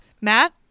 Matt